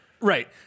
Right